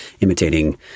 imitating